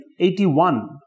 81